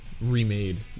remade